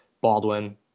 Baldwin